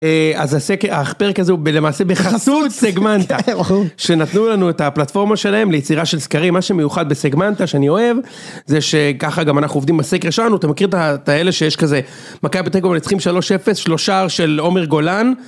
אז הפרק הזה הוא למעשה בחסות סגמנטה, שנתנו לנו את הפלטפורמה שלהם, ליצירה של סקרים, משהו מיוחד בסגמנטה שאני אוהב, זה שככה גם אנחנו עובדים בסקר שלנו, אתה מכיר את האלה שיש כזה, מכבי מנצחים שלוש אפס, שלושער של עומר גולן.